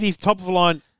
top-of-the-line